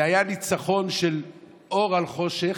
והיה ניצחון של אור על חושך.